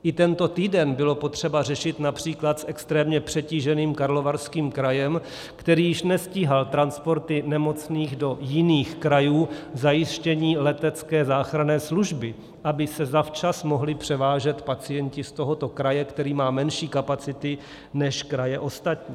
I tento týden bylo potřeba řešit například s extrémně přetíženým Karlovarským krajem, který již nestíhal transporty nemocných do jiných krajů, zajištění letecké záchranné služby, aby se zavčas mohli převážet pacienti z tohoto kraje, který má menší kapacity než kraje ostatní.